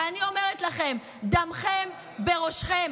ואני אומרת לכם, דמכם בראשכם.